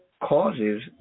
causes